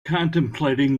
contemplating